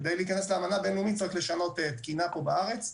כדי להיכנס לאמנה בין-לאומית צריך לשנות תקינה פה בארץ,